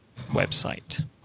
website